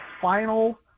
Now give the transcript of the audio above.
final